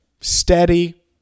steady